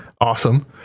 Awesome